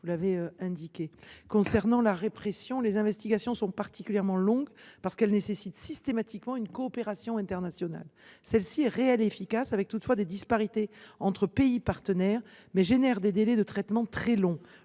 réussie. En ce qui concerne la répression, les investigations sont particulièrement longues, parce qu’elles nécessitent systématiquement une coopération internationale. Celle ci est réelle et efficace, avec toutefois des disparités entre pays partenaires, mais elle engendre des délais de traitement très longs.